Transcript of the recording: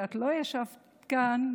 כשאת לא ישבת כאן,